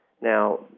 Now